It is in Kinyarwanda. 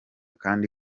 kandi